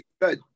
good